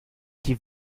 die